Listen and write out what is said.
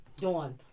dawn